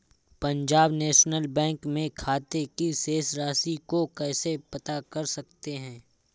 Punjab National Bank में खाते की शेष राशि को कैसे पता कर सकते हैं?